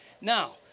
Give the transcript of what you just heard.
Now